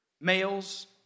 males